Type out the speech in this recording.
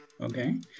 Okay